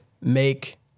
make